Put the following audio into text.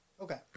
Okay